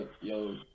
yo